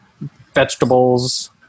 vegetables